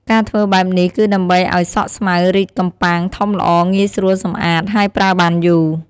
ការធ្វើបែបនេះគឺដើម្បីអោយសក់ស្មៅរីកកំប៉ាងធំល្អងាយស្រួលសំអាត ហើយប្រើបានយូរ។